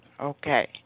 okay